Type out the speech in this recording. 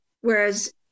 whereas